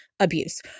Abuse